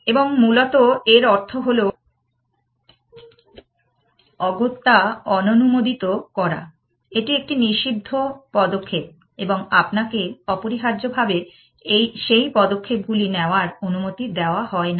এবং মূলত এর অর্থ হল অগত্যা অননুমোদিত করা এটি একটি নিষিদ্ধ পদক্ষেপ এবং আপনাকে অপরিহার্যভাবে সেই পদক্ষেপগুলি নেওয়ার অনুমতি দেওয়া হয় না